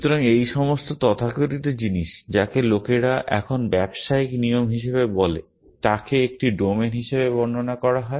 সুতরাং এই সমস্ত তথাকথিত জিনিস যাকে লোকেরা এখন ব্যবসায়িক নিয়ম হিসাবে বলে তাকে একটি ডোমেন হিসাবে বর্ণনা করা হয়